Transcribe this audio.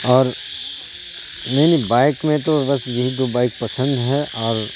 اور نہیں نہیں بائک میں تو بس یہی دو بائک پسند ہے اور